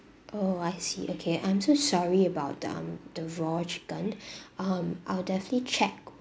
oh I see okay I'm so sorry about um the raw chicken um I'll definitely check